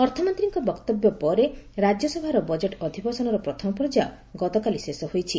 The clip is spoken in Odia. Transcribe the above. ଅର୍ଥମନ୍ତ୍ରୀଙ୍କ ବକ୍ତବ୍ୟ ପରେ ରାଜ୍ୟସଭାର ବଜେଟ୍ ଅଧିବେଶନର ପ୍ରଥମ ପର୍ଯ୍ୟାୟ ଗତକାଲି ଶେଷ ହୋଇଛି